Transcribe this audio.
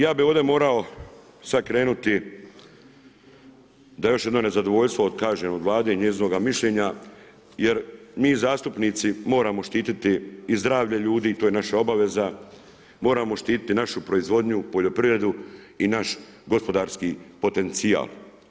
Ja bi ovdje morao sada krenuti da još jedno nezadovoljstvo kažem od Vlade i njezinoga mišljenja, jer mi zastupnici moramo štiti i zdravlje ljudi i to je naša obaveza, moramo štiti našu proizvodnju, poljoprivredu i naš gospodarski potencijal.